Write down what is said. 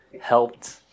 helped